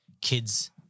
kids